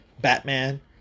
Batman